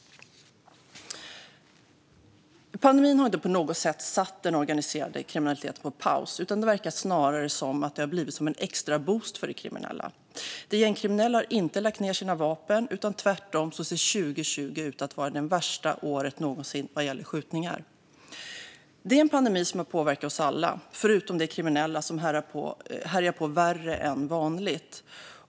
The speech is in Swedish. Pandemin har inte på något sätt satt den organiserade kriminaliteten på paus, utan det verkar snarare som att den har blivit som en extra boost för de kriminella. De gängkriminella har inte lagt ned sina vapen, utan tvärtom ser 2020 ut att vara det värsta året någonsin vad gäller skjutningar. Det är en pandemi som har påverkat oss alla, förutom de kriminella, som härjar på värre än vanligt.